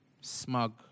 smug